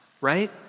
right